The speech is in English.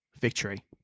victory